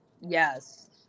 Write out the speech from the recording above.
Yes